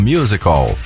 Musical